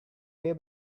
way